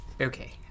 Okay